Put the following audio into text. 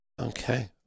Okay